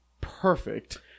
perfect